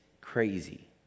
crazy